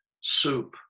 soup